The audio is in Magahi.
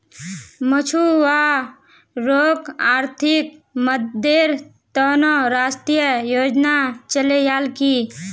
मछुवारॉक आर्थिक मददेर त न राष्ट्रीय योजना चलैयाल की